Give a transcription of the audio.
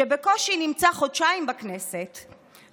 שנמצא בכנסת בקושי חודשיים,